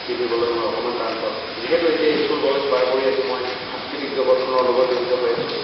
পিন্ধিবলৈ মই অকণমান টান পাওঁ যিহেতু এতিয়া স্কুল কলেজ পাৰ কৰি আহি মই সাংস্কৃতিক জগতখনৰ লগত জড়িত হৈ আছোঁ